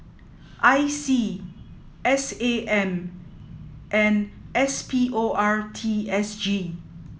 I C S A M and S P O R T S G